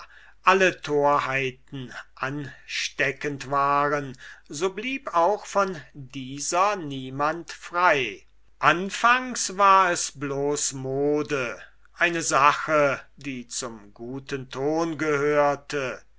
alle torheiten ansteckend waren so blieb auch von dieser niemand frei anfangs war es nur mode eine sache die zum guten ton gehörte